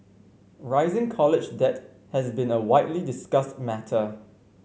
rising college debt has been a widely discussed matter